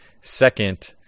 second